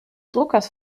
druckers